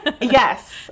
Yes